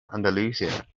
andalusia